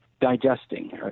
digesting